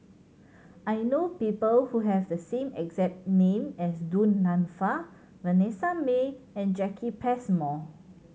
I know people who have the same exact name as Du Nanfa Vanessa Mae and Jacki Passmore